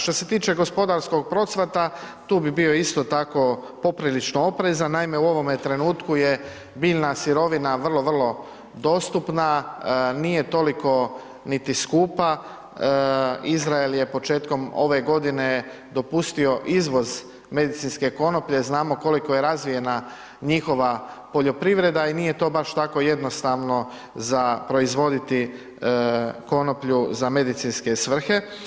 Što se tiče gospodarskog procvata tu bi bio isto tako poprilično oprezan, naime u ovome trenutku je biljna sirovina vrlo, vrlo dostupna nije toliko niti skupa, Izrael je početkom ove godine dopustio izvoz medicinske konoplje, znamo koliko je razvijena njihova poljoprivreda i nje to baš tako jednostavno za proizvoditi konoplju za medicinske svrhe.